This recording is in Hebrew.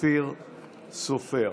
ואופיר סופר.